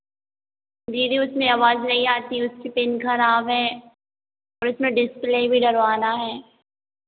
दीदी उसमें आवाज़ नहीं आती उसकी पिन खराब है और इसमें डिस्प्ले भी डलवाना है